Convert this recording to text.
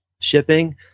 shipping